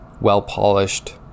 well-polished